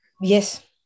Yes